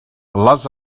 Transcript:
les